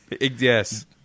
Yes